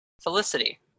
Felicity